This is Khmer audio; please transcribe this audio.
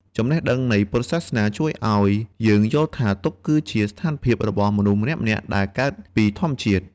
ចំណេះដឹងនៃពុទ្ធសាសនាជួយឲ្យយើងយល់ថាទុក្ខគឺជាស្ថានភាពរបស់មនុស្សម្នាក់ៗដែរកើតពីធម្មជាតិ។